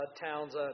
towns